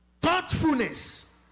Thoughtfulness